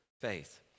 faith